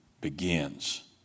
begins